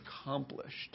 accomplished